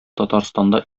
татарстанда